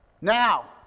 Now